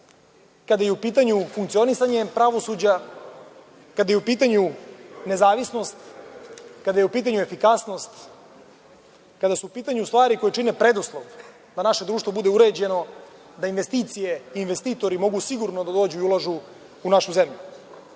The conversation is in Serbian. kada je u pitanju funkcionisanje pravosuđa, kada je u pitanju nezavisnost, kada je u pitanju efikasnost, kada su u pitanju stvari koje čine preduslov da naše društvo bude uređeno, da investicije i investitori mogu sigurno da dođu i ulažu u našu zemlju. Ne